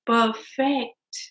Perfect